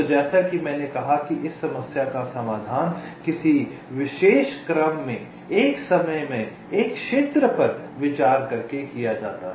तो जैसा कि मैंने कहा कि इस समस्या का समाधान किसी विशेष क्रम में एक समय में एक क्षेत्र पर विचार करके किया जाता है